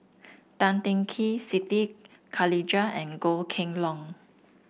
Tan Teng Kee Siti Khalijah and Goh Kheng Long